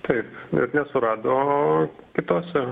taip ir nesurado kitose